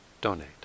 donate